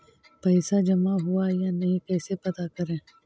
पैसा जमा हुआ या नही कैसे पता करे?